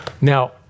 Now